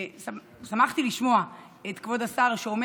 שמחתי לשמוע את כבוד השר, שאומר